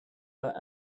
but